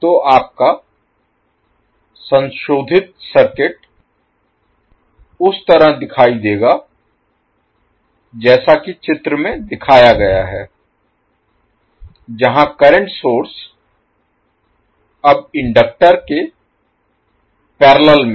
तो आपका संशोधित सर्किट उस तरह दिखाई देगा जैसा कि चित्र में दिखाया गया है जहां करंट सोर्स अब इंडक्टर के पैरेलल में है